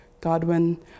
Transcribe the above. Godwin